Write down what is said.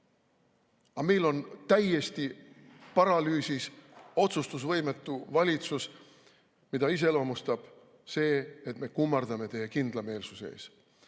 Aga meil on täiesti paralüüsis, otsustusvõimetu valitsus, mida iseloomustab see, et me kummardame teie kindlameelsuse